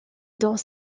dans